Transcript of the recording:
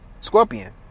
Scorpion